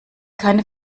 keine